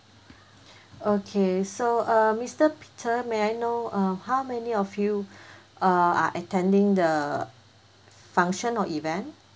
okay so uh mister peter may I know uh how many of you err are attending the function or event